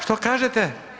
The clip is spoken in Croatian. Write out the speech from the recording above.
Što kažete?